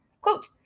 Quote